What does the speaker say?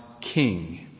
king